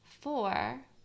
four